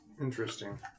Interesting